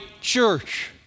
church